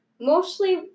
mostly